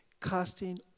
Casting